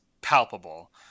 palpable